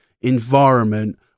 environment